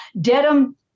Dedham